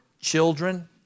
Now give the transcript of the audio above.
children